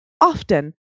often